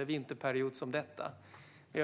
en vinterperiod som den här.